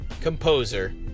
composer